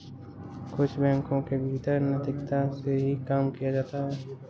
कुछ बैंकों के भीतर नैतिकता से ही काम किया जाता है